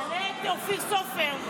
תעלה את אופיר סופר.